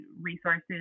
resources